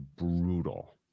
brutal